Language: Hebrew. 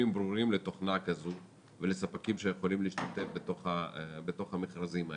ברורים לתוכנה כזו ולספקים שיכולים להשתתף בתוך המכרזים האלה,